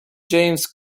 james